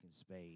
spade